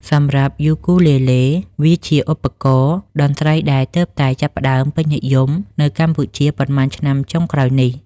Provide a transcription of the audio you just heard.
សម្រាប់យូគូលេលេ វាជាឧបករណ៍តន្ត្រីដែលទើបតែចាប់ផ្តើមពេញនិយមនៅកម្ពុជាប៉ុន្មានឆ្នាំចុងក្រោយនេះ។